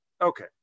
okay